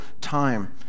time